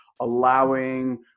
allowing